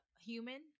human